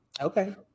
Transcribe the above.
Okay